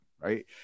right